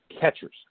catchers